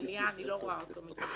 למליאה אני לא רואה אותו מגיע